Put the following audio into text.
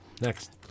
Next